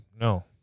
No